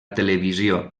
televisió